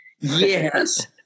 yes